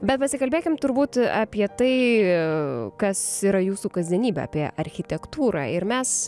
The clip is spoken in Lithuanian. bet pasikalbėkim turbūt apie tai kas yra jūsų kasdienybė apie architektūrą ir mes